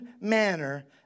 manner